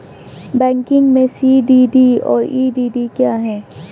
Banking में C D D और E D D क्या हैं?